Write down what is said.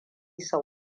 sau